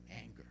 anger